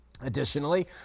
Additionally